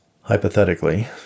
Hypothetically